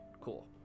cool